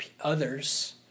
others